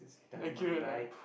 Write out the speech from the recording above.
accurate ah